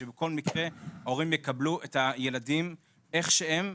שבכל מקרה ההורים יקבלו את הילדים איך שהם.